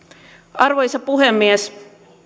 arvoisa puhemies